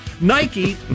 Nike